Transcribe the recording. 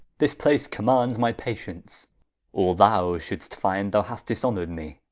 this place co m mands my patie n ce, or thou should'st finde thou hast dis-honor'd me.